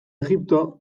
egipto